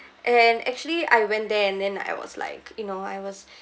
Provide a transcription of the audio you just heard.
and actually I went there and then I was like you know I was